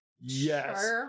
Yes